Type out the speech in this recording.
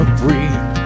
breathe